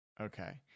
Okay